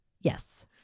Yes